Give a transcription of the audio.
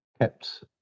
kept